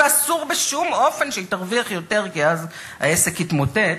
ואסור בשום אופן שהיא תרוויח יותר כי אז העסק יתמוטט,